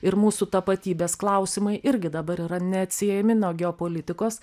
ir mūsų tapatybės klausimai irgi dabar yra neatsiejami nuo geopolitikos